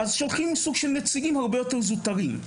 אז שולחים סוג של נציגים הרבה יותר זוטרים.